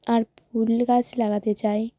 আর ফুল গাছ লাগাতে চাই